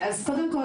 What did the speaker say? קודם כל,